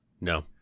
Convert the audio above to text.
no